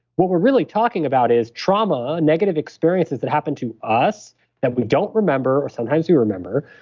what we're really talking about is trauma, negative experiences that happened to us that we don't remember, or sometimes you remember,